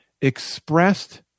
expressed